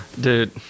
Dude